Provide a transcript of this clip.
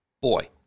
Boy